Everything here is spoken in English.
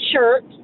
shirt